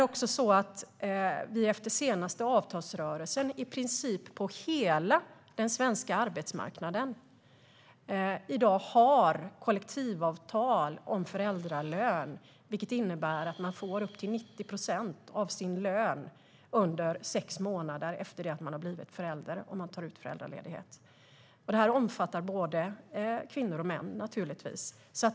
Efter den senaste avtalsrörelsen har vi på i princip hela den svenska arbetsmarknaden kollektivavtal om föräldralön, vilket innebär att man får upp till 90 procent av sin lön under sex månader när man tar ut föräldraledighet. Det omfattar givetvis både kvinnor och män.